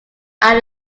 are